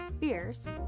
beers